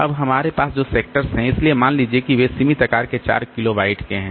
अब हमारे पास जो सेक्टर्स हैं इसलिए मान लीजिए कि वे सीमित आकार के 4 किलोबाइट के हैं